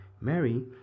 Mary